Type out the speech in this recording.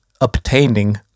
obtaining